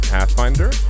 Pathfinder